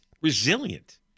Resilient